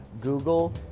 Google